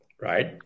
Right